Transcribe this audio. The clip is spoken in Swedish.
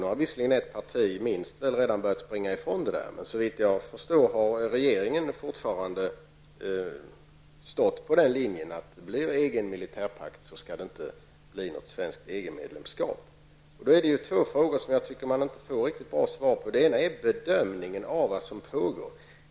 Nu har visserligen minst ett parti redan börjat springa ifrån det, men såvitt jag förstår står regeringen fortfarande på den linjen, att blir EG en militärpakt skall det inte bli något svenskt EG-medlemskap. Då är det två frågor som jag tycker att man inte får riktigt bra svar på. Den ena är bedömningen av vad som pågår.